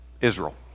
Israel